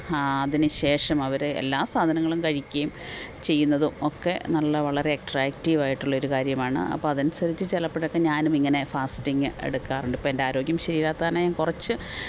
അതിനുശേഷം അവര് എല്ലാ സാധനങ്ങളും കഴിക്കുകയും ചെയ്യുന്നതും ഒക്കെ നല്ല വളരെ അട്ട്രാക്റ്റീവായിട്ടുള്ളൊരു കാര്യമാണ് അപ്പോള് അതനുസരിച്ച് ചിലപ്പോഴൊക്കെ ഞാനും ഇങ്ങനെ ഫാസ്റ്റിംഗ് എടുക്കാറുണ്ട് ഇപ്പോഴെന്റെ ആരോഗ്യം ശരിയല്ലാത്തതുകാരണം ഞാന് കുറച്ച്